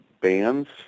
bands